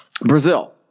Brazil